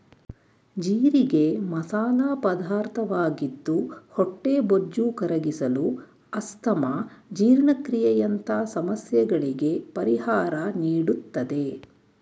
ಜೀರಿಗೆ ಮಸಾಲ ಪದಾರ್ಥವಾಗಿದ್ದು ಹೊಟ್ಟೆಬೊಜ್ಜು ಕರಗಿಸಲು, ಅಸ್ತಮಾ, ಜೀರ್ಣಕ್ರಿಯೆಯಂತ ಸಮಸ್ಯೆಗಳಿಗೆ ಪರಿಹಾರ ನೀಡುತ್ತದೆ